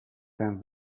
than